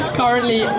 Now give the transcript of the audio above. currently